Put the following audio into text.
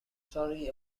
sorry